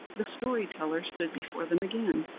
the story-teller stood before them again.